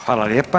Hvala lijepa.